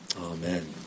Amen